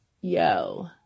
yo